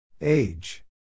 Age